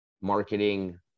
marketing